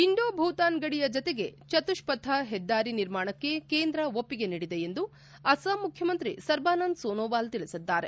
Indo Bhutan ಗಡಿಯ ಜತೆಗೆ ಚತುಷ್ಷಥ ಹೆದ್ದಾರಿ ನಿರ್ಮಾಣಕ್ಕೆ ಕೇಂದ್ರ ಒಪ್ಪಿಗೆ ನೀಡಿದೆ ಎಂದು ಅಸ್ಲಾಂ ಮುಖ್ಯಮಂತ್ರಿ ಸರ್ಬಾನಂದ್ ಸೋನೋವಾಲ್ ತಿಳಿಸಿದ್ದಾರೆ